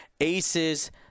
aces